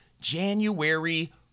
January